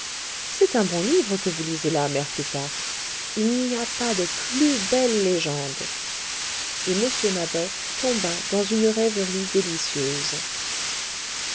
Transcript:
c'est un bon livre que vous lisez là mère plutarque il n'y a pas de plus belle légende et m mabeuf tomba dans une rêverie délicieuse